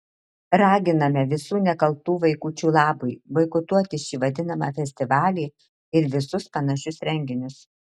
raginame visų nekaltų vaikučių labui boikotuoti šį vadinamą festivalį ir visus panašius renginius